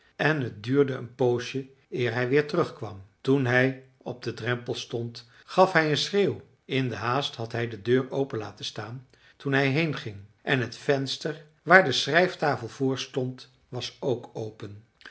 en het duurde een poosje eer hij weer terugkwam toen hij op den drempel stond gaf hij een schreeuw in de haast had hij de deur open laten staan toen hij heen ging en het venster waar de schrijftafel voor stond was ook open